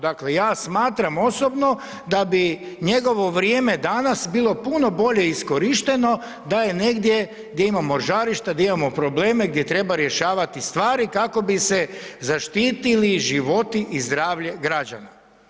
Dakle, ja smatram osobno da bi njegovo vrijeme danas bilo puno bolje iskorišteno da je negdje, gdje imamo žarišta, di imamo probleme, gdje treba rješavati stvari, kako bi se zaštitili životi i zdravlje građana.